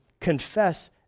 confess